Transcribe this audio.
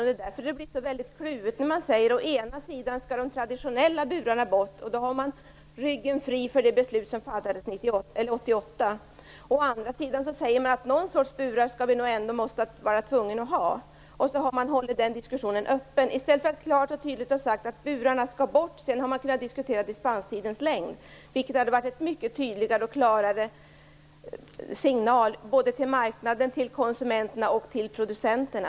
Och det är därför som det blir så kluvet när man säger att å ena sidan skall de traditionella burarna bort. Då har man ryggen fri för det beslut som fattades 1988. Å andra sidan säger man att man nog ändå måste ha någon sorts burar. På det sättet har man hållit denna diskussion öppen i stället för att klart och tydligt säga att burarna skall bort. Då hade man kunnat diskutera dispenstidens längd. Detta hade varit en mycket tydligare och klarare signal till marknaden, konsumenterna och producenterna.